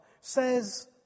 says